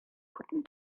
guten